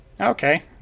Okay